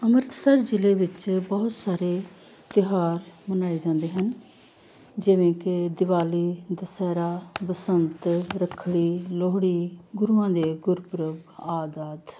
ਅੰਮ੍ਰਿਤਸਰ ਜ਼ਿਲ੍ਹੇ ਵਿੱਚ ਬਹੁਤ ਸਾਰੇ ਤਿਉਹਾਰ ਮਨਾਏ ਜਾਂਦੇ ਹਨ ਜਿਵੇਂ ਕਿ ਦਿਵਾਲੀ ਦੁਸਹਿਰਾ ਬਸੰਤ ਰੱਖੜੀ ਲੋਹੜੀ ਗੁਰੂਆਂ ਦੇ ਗੁਰਪੁਰਬ ਆਦਿ ਆਦਿ